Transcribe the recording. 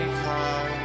car